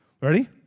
Ready